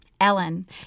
ellen